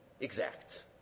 Exact